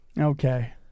Okay